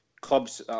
clubs